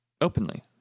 openly